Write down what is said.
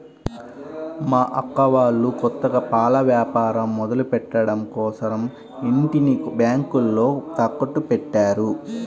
మా అక్క వాళ్ళు కొత్తగా పాల వ్యాపారం మొదలుపెట్టడం కోసరం ఇంటిని బ్యేంకులో తాకట్టుపెట్టారు